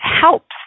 helps